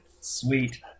Sweet